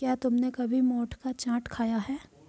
क्या तुमने कभी मोठ का चाट खाया है?